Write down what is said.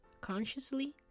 consciously